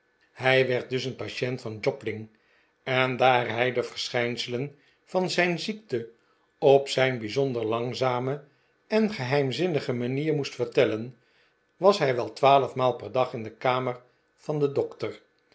hij werd dus een patient van jobling en daar hij de verschijnselen van zijn ziekte op zijn bijzonder langzame en geheimzinnige manier moest vertellen was hij wel twaalfmaal per dag in de kamer van den dokter